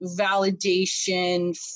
validation